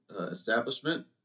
establishment